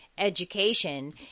education